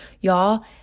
Y'all